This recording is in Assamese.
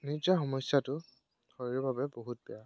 নিজৰ সমস্যাটো শৰীৰৰ বাবে বহুত বেয়া